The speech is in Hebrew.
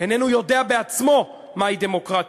איננו יודע בעצמו מהי דמוקרטיה.